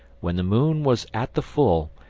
when the moon was at the full,